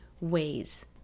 ways